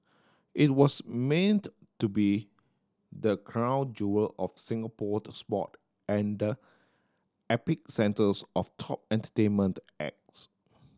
it was meant to be the crown jewel of Singapore sport and the epicentres of top entertainment acts